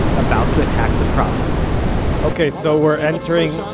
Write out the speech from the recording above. about to attack the problem ok, so we're entering,